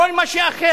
כל מה שאחר.